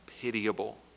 pitiable